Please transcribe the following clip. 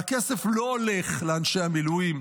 והכסף לא הולך לאנשי המילואים,